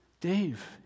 Dave